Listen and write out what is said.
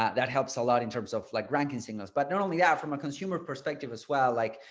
that that helps a lot in terms of like ranking signals. but not only that, from a consumer perspective as well, like,